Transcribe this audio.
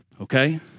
okay